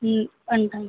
ఈ అంటారు